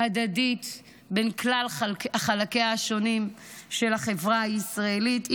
הדדית בין כלל חלקיה השונים של החברה הישראלית,